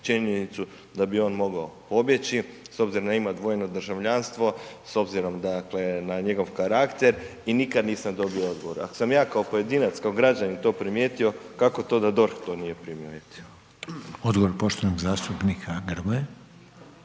da bi on mogao pobjeći s obzirom da ima dvojno državljanstvo, s obzirom dakle na njegov karakter i nikad nisam dobio odgovor. Ako sam ja kao pojedinac, kao građanin to primijetio, kako to da DORH to nije primijetio? **Reiner,